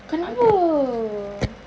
kenapa